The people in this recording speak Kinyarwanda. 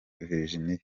virginia